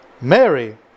Mary